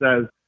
says